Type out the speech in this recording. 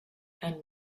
ein